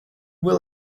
will